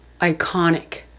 iconic